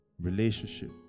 relationship